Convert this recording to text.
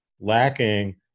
lacking